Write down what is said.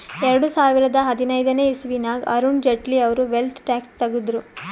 ಎರಡು ಸಾವಿರದಾ ಹದಿನೈದನೇ ಇಸವಿನಾಗ್ ಅರುಣ್ ಜೇಟ್ಲಿ ಅವ್ರು ವೆಲ್ತ್ ಟ್ಯಾಕ್ಸ್ ತಗುದ್ರು